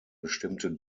bestimmte